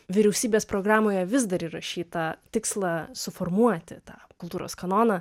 vyriausybės programoje vis dar įrašytą tikslą suformuoti tą kultūros kanoną